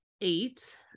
eight